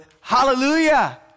Hallelujah